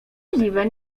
możliwe